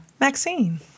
Maxine